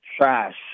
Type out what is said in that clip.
trash